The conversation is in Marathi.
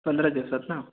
पंधरा दिवसात ना